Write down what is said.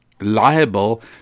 liable